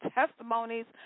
testimonies